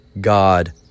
God